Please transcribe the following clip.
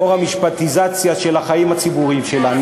לאור המשפטיזציה של החיים הציבוריים שלנו,